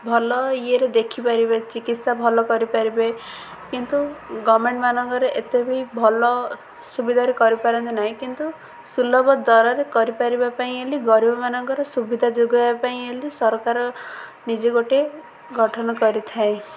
ଭଲ ଇଏରେ ଦେଖିପାରିବେ ଚିକିତ୍ସା ଭଲ କରିପାରିବେ କିନ୍ତୁ ଗମେଣ୍ଟ୍ମାନଙ୍କରେ ଏତେ ବି ଭଲ ସୁବିଧାରେ କରିପାରନ୍ତିନାହିଁ କିନ୍ତୁ ସୁଲଭ ଦରରେ କରିପାରିବା ପାଇଁ ବୋଲି ଗରିବମାନାନଙ୍କର ସୁବିଧା ଯୋଗାଇବା ପାଇଁ ବୋଲି ସରକାର ନିଜେ ଗୋଟଏ ଗଠନ କରିଥାଏ